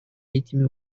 этими